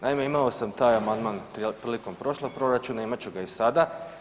Naime, imao sam taj amandman prilikom prošlog proračuna, imat ću ga i sama.